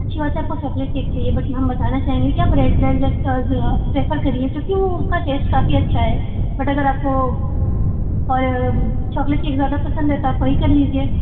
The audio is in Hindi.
अच्छी बात है आपको चॉकलेट केक चाहिए बट हम बताना चाहेंगे कि आप रेड वेलवेट का प्रेफर करिए क्योंकि वह उसका टेस्ट काफ़ी अच्छा है बट अगर आपको चॉकलेट केक ज़्यादा पसंद है तो आप वही कर लीजिए